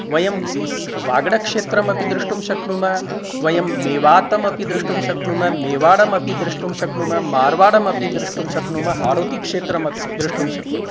वयं वागडक्षेत्रमपि द्रुष्टुं शक्नुमः वयं मेवातमपि द्रुष्टुं शक्नुमः मेवाडमपि द्रुष्टुं शक्नुमः मार्वाडमपि द्रुष्टुं शक्नुमः हौडोतिक्षेत्रमपि द्रुष्टुं शक्नुमः